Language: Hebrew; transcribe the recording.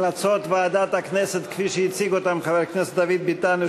המלצות ועדת הכנסת כפי שהציג אותן חבר הכנסת דוד ביטן,